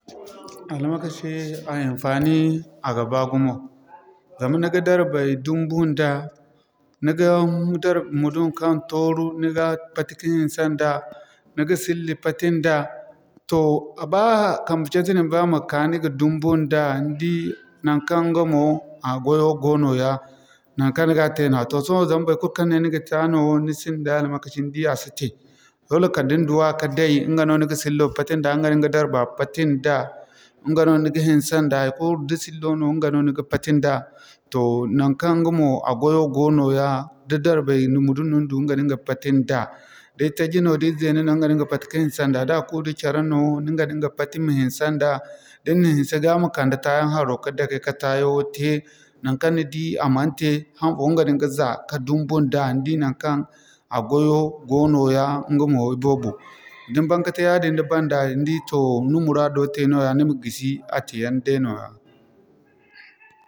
Almakashi, a hinfaani a ga baa gumo. Zama ni ga darbay dumbu nda, ni ga mudum kaŋ tooru, ni ga pati ka hinse nda, ni ga silli pati nda. Toh ba kambe camse nin ba ma ka ni ga dumbu nda, ni di naŋkaŋ ŋga mo a gwayo go no ya, naŋkaŋ ni ga te nooya. Toh sohõ ba ikulu kaŋ ne ni ga ta no wo ni sinda almakashi ni di a si te. Dole kala din duwa ka day, ŋga niŋga sillo pati nda, ŋga niŋga darba pati nda, ŋga no ni ga hinse nda haikulu da sillo no ŋga no ni ga pati nda. Toh naŋkaŋ ŋga mo a gwayo go nooya, da darbay mudum no ni du ŋga no ni ga pati nda da itaji no da izeno no ŋga niŋga pati ka hinse nda. Da a kuu da care no, ŋga niŋga pati ma hinsenda din na hinse ga ma kande taa yaŋ har'o ka dake ka taa yaŋo tey. Naŋkaŋ ni di a man tey hanfo iŋga niŋga za ka dumbu nda ni di naŋkaŋ a gwayo go nooya ŋga mo iboobo. Da ni ban kate yaadin ni banu da ni di toh ni muraado tey nooya ni ma gisi a tey yaŋ day nooya.